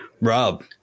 Rob